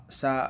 sa